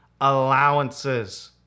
allowances